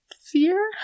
fear